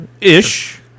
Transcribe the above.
ish